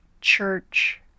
church